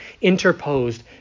interposed